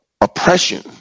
oppression